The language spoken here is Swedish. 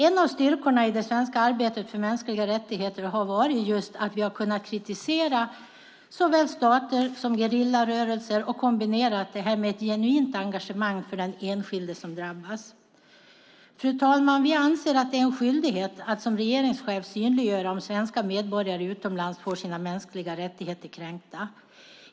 En av styrkorna i det svenska arbetet för mänskliga rättigheter har varit just att vi har kunnat kritisera såväl stater som gerillarörelser och kombinera det med ett genuint engagemang för den enskilde som drabbas. Fru talman! Vi anser att det är en regeringschefs skyldighet att synliggöra om svenska medborgare utomlands får sina mänskliga rättigheter kränkta.